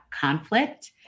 conflict